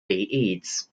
eads